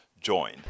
join